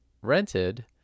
rented